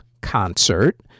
concert